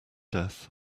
death